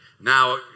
now